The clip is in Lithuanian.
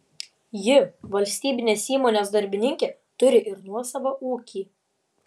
ji valstybinės įmonės darbininkė turi ir nuosavą ūkį